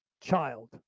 child